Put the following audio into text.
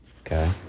okay